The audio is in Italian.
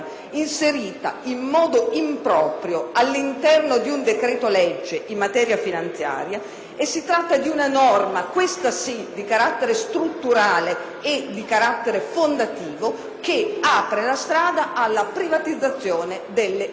in modo improprio all'interno di un decreto‑legge in materia finanziaria, una norma - questa sì - di carattere strutturale e fondativo, che apre la strada alla privatizzazione delle università.